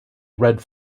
red